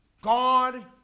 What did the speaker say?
God